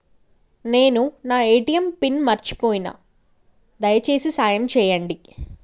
నేను నా ATM pin మర్చిపోయిన, దయచేసి సాయం చేయండి